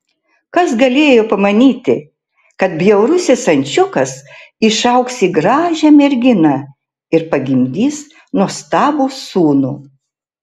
kas galėjo pamanyti kad bjaurusis ančiukas išaugs į gražią merginą ir pagimdys nuostabų sūnų